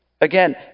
Again